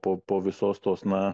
po po visos tos na